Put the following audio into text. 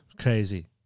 crazy